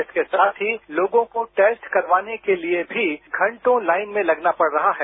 इसके साथ ही लोगों को टेस्ट करवाने के लिए भी घंटों लाइन में लगना पड़ रहा है